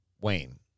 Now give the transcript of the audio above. Wayne